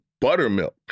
buttermilk